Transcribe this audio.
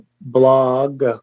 blog